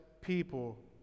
people